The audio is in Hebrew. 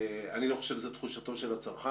אני לא חושב שזו תחושתו של הצרכן.